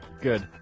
Good